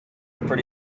pretty